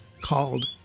called